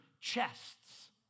chests